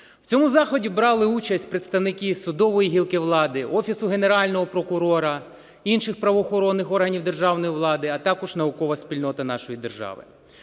В цьому заході брали участь представники судової гілки влади, Офісу Генерального прокурора, інших правоохоронних органів державної влади, а також наукова спільнота нашої держави.